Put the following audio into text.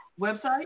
website